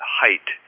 height